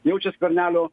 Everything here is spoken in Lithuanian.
jaučia skvernelio